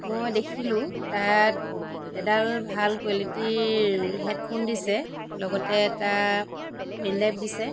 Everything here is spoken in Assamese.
মই দেখিলোঁ তাত এডাল ভাল কোৱালিটীৰ হেডফোন দিছে লগতে এটা পেনড্ৰাইভ দিছে